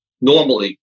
normally